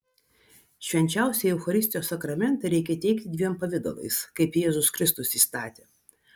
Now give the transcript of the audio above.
švenčiausiąjį eucharistijos sakramentą reikia teikti dviem pavidalais kaip jėzus kristus įstatė